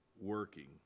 working